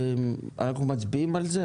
אנחנו מצביעים על זה?